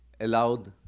allowed